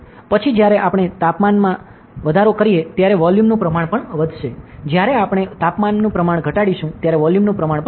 પછી જ્યારે આપણે તાપમાનમાં ધારો કરીએ ત્યારે વોલ્યુમ નું પ્રમાણ પણ વધશે જ્યારે આપણે તાપમાનનું પ્રમાણ ઘટાડીશું ત્યારે વોલ્યુમ નું પ્રમાણ પણ ઘટસે